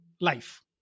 life